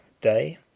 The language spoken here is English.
Day